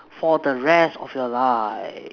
for the rest of your life